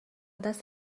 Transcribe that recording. دست